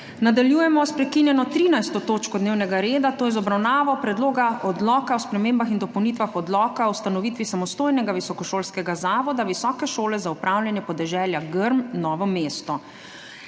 Nadaljujemo s prekinjeno 13. točko dnevnega reda, to je z obravnavo Predloga odloka o spremembah in dopolnitvah Odloka o ustanovitvi samostojnega visokošolskega zavoda Visoke šole za upravljanje podeželja Grm Novo mesto.